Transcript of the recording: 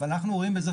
אבל אנחנו רואים בזה